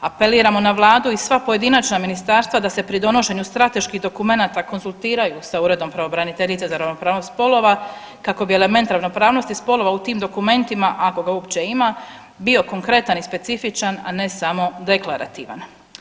Apeliramo na vladu i sva pojedinačna ministarstva da se pri donošenju strateških dokumenata konzultiraju sa Uredom pravobraniteljice za ravnopravnost spolova kako bi element ravnopravnosti spolova u tim dokumentima, ako ga uopće ima bio konkretan i specifičan, a ne samo deklarativan.